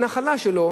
הנחלה שלו